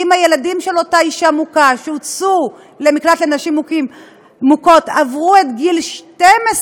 אם הילדים של אותה אישה מוכה שהוצאו למקלט לנשים מוכות עברו את גיל 12,